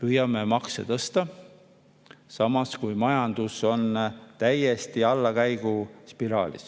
püüame makse tõsta – samas, kui majandus on täiesti allakäiguspiraalis.